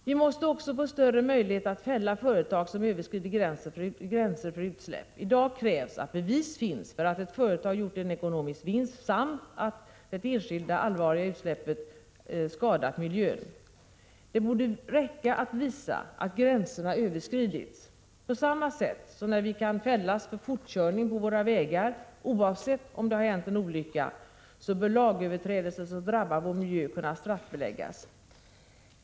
Vi måste också få större möjlighet att fälla företag som överskrider gränser för utsläpp. I dag krävs att bevis finns för att ett företag gjort ekonomisk vinst samt att det enskilda utsläppet allvarligt skadat miljön. Det borde räcka att visa att gränserna överskridits. På samma sätt som när vi kan fällas för fortkörning på våra vägar, oavsett om en olycka hänt eller ej, bör lagöverträdelse som drabbar vår miljö kunna straffbeläggas.